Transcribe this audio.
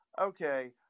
Okay